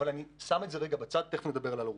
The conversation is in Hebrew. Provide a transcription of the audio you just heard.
אבל אני שם את זה בצד, תכף נדבר על הרוח.